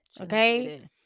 Okay